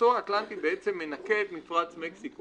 המסוע האטלנטי בעצם מנקה את מפרץ מקסיקו.